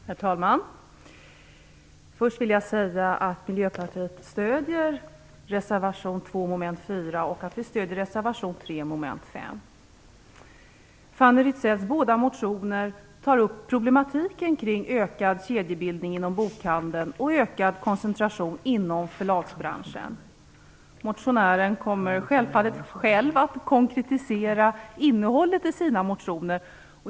Herr talman! Först vill jag säga att Miljöpartiet stöder reservation 2 mom. 4 och att vi stödjer reservation 3 mom. 5. I Fanny Rizells motion tas problematiken kring ökad kedjebildning inom bokhandeln och ökad koncentration inom förlagsbranschen upp. Motionären kommer självfallet själv att konkretisera innehållet i motionen.